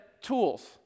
tools